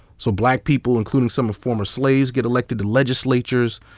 so black people, including some former slaves, get elected to legislatures.